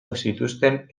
mexikoren